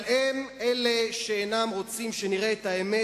אבל הם אלה שאינם רוצים שנראה את האמת,